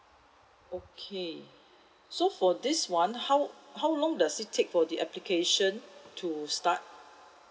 okay so for this one how how long does it take for the application to start